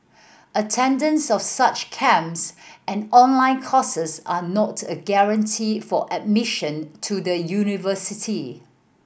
attendance of such camps and online courses are not a guarantee for admission to the university